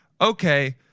Okay